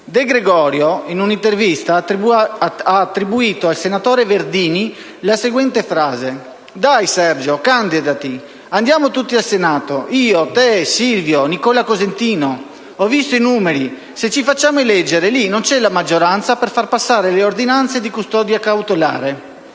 De Gregorio in un intervista ha attribuito al senatore Verdini la seguente frase: «Dai Sergio, candidati! Andiamo tutti al Senato, io, te, Silvio, Nicola Cosentino. Ho visto i numeri, se ci facciamo eleggere, lì non c'è la maggioranza per far passare le ordinanze di custodia cautelare».